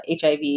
HIV